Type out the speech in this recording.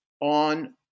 on